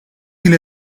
ile